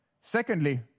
Secondly